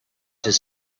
his